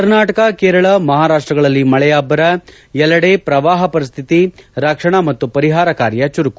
ಕರ್ನಾಟಕ ಕೇರಳ ಮಹಾರಾಷ್ಟಗಳಲ್ಲಿ ಮಳೆಯ ಅಬ್ಬರ ಎಲ್ಲೆಡೆ ಪ್ರವಾಹ ಪರಿಸ್ವಿತಿ ರಕ್ಷಣಾ ಮತ್ತು ಪರಿಹಾರ ಕಾರ್ಯ ಚುರುಕು